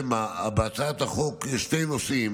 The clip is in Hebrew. בהצעת החוק יש שני נושאים.